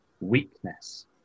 weakness